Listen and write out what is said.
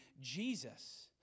Jesus